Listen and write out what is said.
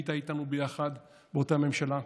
היית איתנו ביחד באותה ממשלה,